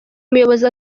umuyobozi